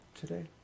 today